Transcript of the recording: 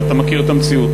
ואתה מכיר את המציאות.